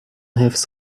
حفظ